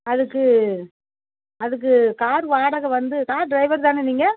அதுக்கு அதுக்கு கார் வாடகை வந்து கார் ட்ரைவர் தானே நீங்கள்